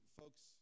folks